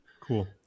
Cool